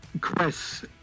chris